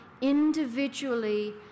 individually